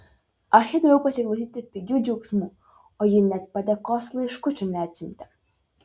aš jai daviau pasiklausyti pigių džiaugsmų o ji net padėkos laiškučio neatsiuntė